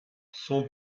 son